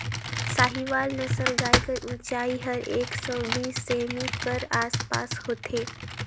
साहीवाल नसल गाय कर ऊंचाई हर एक सौ बीस सेमी कर आस पास होथे